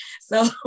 So-